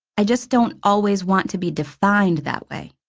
i just don't always want to be defined that way.